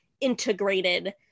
integrated